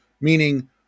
Meaning